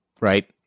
right